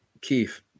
keith